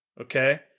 Okay